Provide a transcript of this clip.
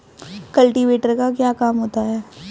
Cultivator का क्या काम होता है?